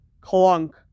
clunk